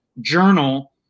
journal